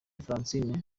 francine